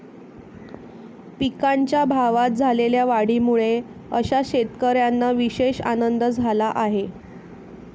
पिकांच्या भावात झालेल्या वाढीमुळे अशा शेतकऱ्यांना विशेष आनंद झाला आहे